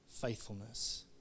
faithfulness